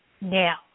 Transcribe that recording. Now